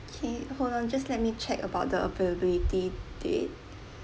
okay hold on just let me check about the availability date